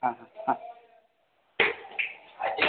હા હા